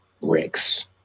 bricks